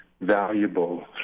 valuable